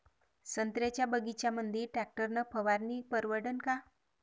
संत्र्याच्या बगीच्यामंदी टॅक्टर न फवारनी परवडन का?